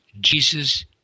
Jesus